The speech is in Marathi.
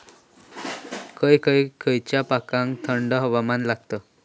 खय खयच्या पिकांका थंड हवामान लागतं?